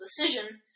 decision –